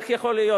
איך יכול להיות?